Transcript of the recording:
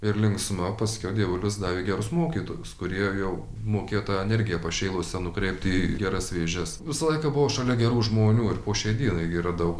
ir linksma paskiau dievulis davė gerus mokytojus kurie jau mokėjo tą energiją pašėlusią nukreipt į geras vėžes visą laiką buvo šalia gerų žmonių ir po šiai dienai yra daug